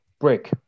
break